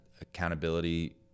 accountability